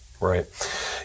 Right